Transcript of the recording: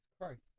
Christ